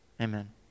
Amen